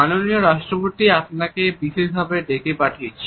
মাননীয় রাষ্ট্রপতি আপনাকে বিশেষভাবে ডেকে পাঠিয়েছেন